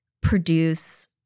produce